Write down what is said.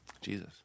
Jesus